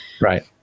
Right